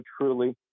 truly